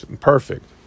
perfect